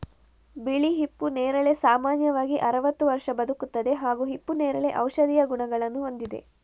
ಬಿಳಿ ಹಿಪ್ಪು ನೇರಳೆ ಸಾಮಾನ್ಯವಾಗಿ ಅರವತ್ತು ವರ್ಷ ಬದುಕುತ್ತದೆ ಹಾಗೂ ಹಿಪ್ಪುನೇರಳೆ ಔಷಧೀಯ ಗುಣಗಳನ್ನು ಹೊಂದಿದೆ